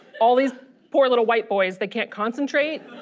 all these poor little white boys they can't concentrate.